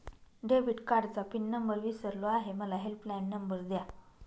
debit कार्डचा pin number मी विसरलो आहे मला हेल्पलाइन नंबर द्या